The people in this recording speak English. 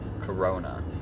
Corona